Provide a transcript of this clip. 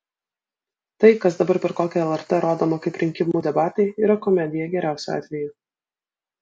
tai kas dabar per kokią lrt rodoma kaip rinkimų debatai yra komedija geriausiu atveju